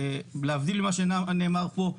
להבדיל ממה שנאמר פה,